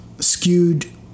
Skewed